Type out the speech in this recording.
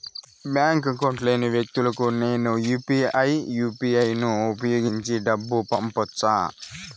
Bank account లేని వ్యక్తులకు నేను యు పి ఐ యు.పి.ఐ ను ఉపయోగించి డబ్బు పంపొచ్చా?